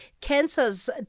cancers